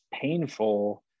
painful